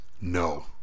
no